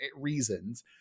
reasons